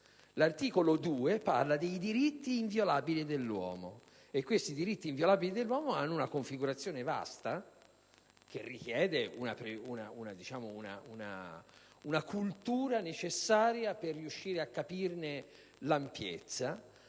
Costituzione parla di diritti inviolabili dell'uomo e tali diritti hanno una configurazione vasta che richiede una cultura necessaria per riuscire a capirne l'ampiezza.